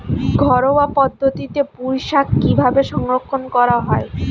ঘরোয়া পদ্ধতিতে পুই শাক কিভাবে সংরক্ষণ করা হয়?